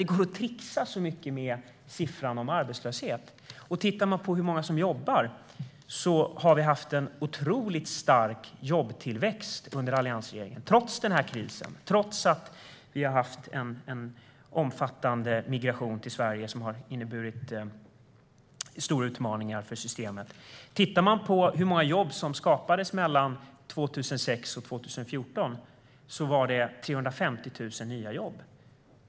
Det går att trixa så mycket med siffran för arbetslöshet. Om vi tittar på hur många som jobbar har det varit en otroligt stark jobbtillväxt under alliansregeringen, trots krisen, trots en omfattande migration till Sverige som har inneburit stora utmaningar för systemet. Mellan 2006 och 2014 skapades 350 000 nya jobb.